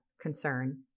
concern